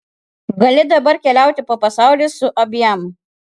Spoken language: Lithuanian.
gali dabar keliauti po pasaulį su abiem